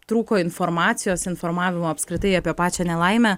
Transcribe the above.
trūko informacijos informavimo apskritai apie pačią nelaimę